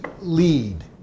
lead